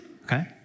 Okay